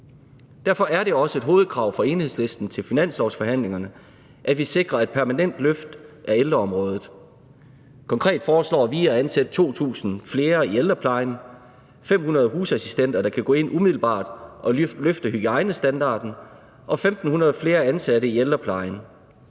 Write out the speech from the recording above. Derfor er det også et hovedkrav fra Enhedslisten til finanslovsforhandlingerne, at vi sikrer et permanent løft af ældreområdet. Konkret foreslår vi at ansætte 2.000 flere i ældreplejen: 500 husassistenter, der kan gå ind umiddelbart og løfte hygiejnestandarden, og 1.500 flere ansatte i ældreplejen.